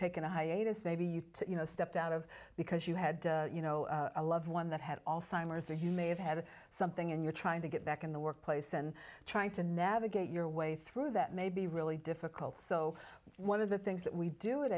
taken a hiatus maybe you to you know stepped out of because you had you know a loved one that had all simers or you may have had something and you're trying to get back in the workplace and trying to navigate your way through that may be really difficult so one of the things that we do it